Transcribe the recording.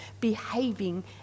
behaving